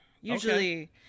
usually